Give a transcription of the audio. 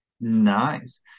Nice